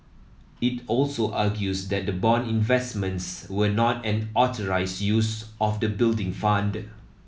it also argues that the bond investments were not an authorised use of the Building Fund